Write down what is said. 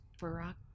Barack